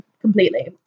completely